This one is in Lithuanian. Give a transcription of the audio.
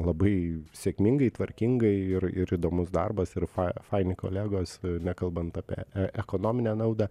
labai sėkmingai tvarkingai ir ir įdomus darbas ir fai faini kolegos nekalbant apie e ekonominę naudą